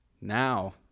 Now